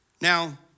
Now